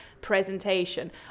presentation